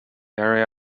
area